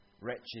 wretched